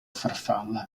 farfalla